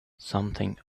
something